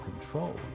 control